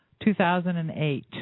2008